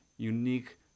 unique